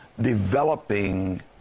developing